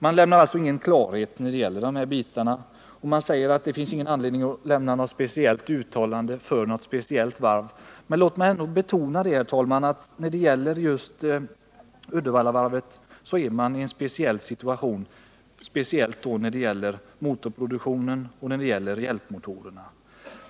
Utskottet ger alltså ingen klarhet när det gäller dessa bitar utan säger att det inte finns någon anledning att göra något speciellt uttalande för ett särskilt varv. Men låt mig betona, herr talman, att Uddevallavarvet befinner sig i en speciell situation när det gäller produktion av motorer och hjälpmotorer.